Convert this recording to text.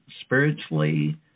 spiritually